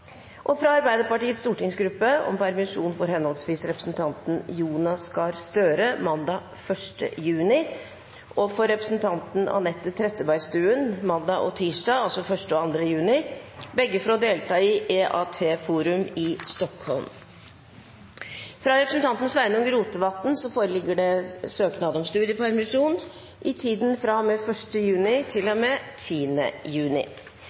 høgskole fra Arbeiderpartiets stortingsgruppe om permisjon for henholdsvis representanten Jonas Gahr Støre mandag 1. juni og for representanten Anette Trettebergstuen mandag og tirsdag, 1. og 2. juni – begge for å delta i EAT Forum i Stockholm fra representanten Sveinung Rotevatn foreligger søknad om studiepermisjon i tiden fra og med 1. juni til og med 10. juni